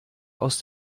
aus